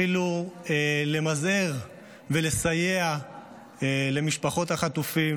אפילו למזער ולסייע למשפחות החטופים,